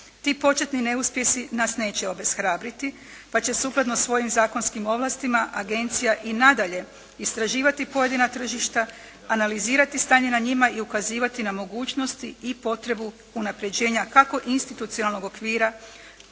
Ti početni neuspjesi nas neće obeshrabriti pa će sukladno svojim zakonskim ovlastima agencija i nadalje istraživati pojedina tržišta, analizirati stanje na njima i ukazivati na mogućnosti i potrebu unapređenja kako institucionalnog okvira